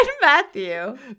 Matthew